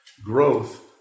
Growth